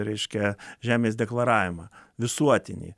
reiškia žemės deklaravimą visuotinį